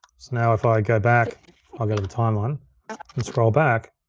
so now if i go back, i'll go to the timeline and scroll back,